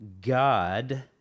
God